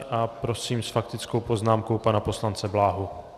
A prosím s faktickou poznámkou pana poslance Bláhu.